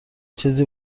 چیزی